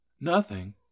Nothing